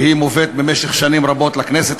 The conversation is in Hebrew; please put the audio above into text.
והיא מובאת שנים רבות לכנסת.